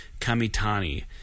Kamitani